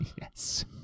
Yes